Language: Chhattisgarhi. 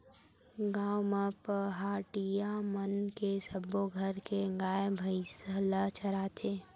गाँव म पहाटिया मन ह सब्बो घर के गाय, भइसी ल चराथे